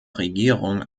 regierung